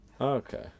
Okay